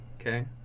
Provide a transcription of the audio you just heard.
Okay